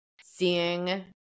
seeing